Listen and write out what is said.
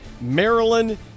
Maryland